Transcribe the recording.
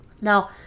Now